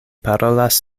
parolas